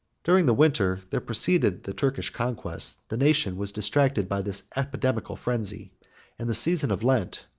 during the winter that preceded the turkish conquest, the nation was distracted by this epidemical frenzy and the season of lent,